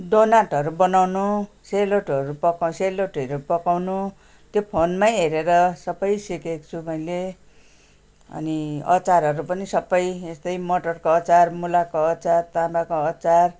डोनाटहरू बनाउनु सेलोटहरू बनाउनु सोलरोटहरू पकाउनु त्यो फोनमै हेरेर सबै सिकेको छु मैले अनि अचारहरू पनि सबै यस्तै मटरको अचार मुलाको अचार तामाको अचार